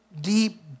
deep